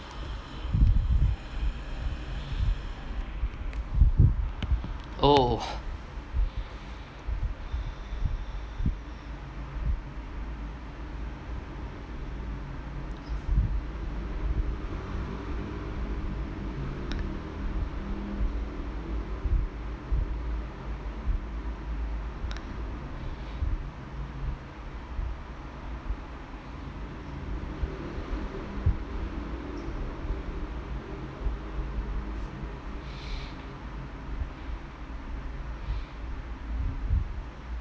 oh